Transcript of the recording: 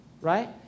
right